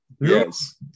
Yes